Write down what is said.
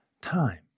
time